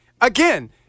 Again